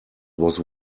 was